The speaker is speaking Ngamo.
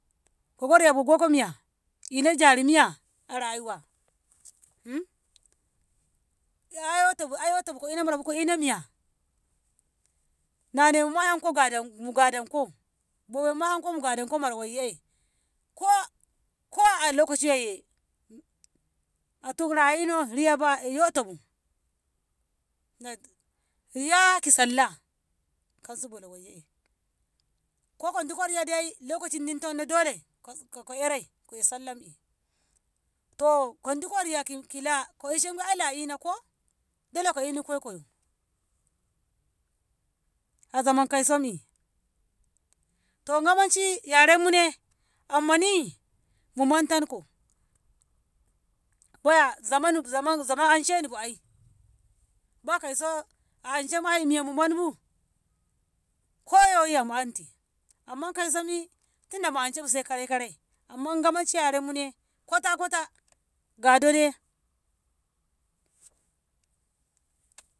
Kogo riybu goko miya koina jari miya rayuwa ay wotobu ai wotabu ko ina miya na nemuma yanko gadanko bowommima yanko mugadonko mara wayye ko- ko a lokaci yoyye a tom ra'ayino riyaba yoto bu nan- riya ki sallah kauso bono wayye koka dukno riyadai lokcinninto dole k- ko eray ku'e sallammi to ko duko riya kila k ishe go'ila ina ko dole ko ina koykoyo a zamankai sam'i. To Ngamaci yaren mune ammani mu baya zaman- zaman- zaman anshenibu ai baya kauso a anshemu miya mu manbu ko yoyiya mu anti amma kauso mi tinda mu anshebu sai kare- karai amma Ngamanci yarenmu ne kwata kwata gadodai.